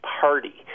party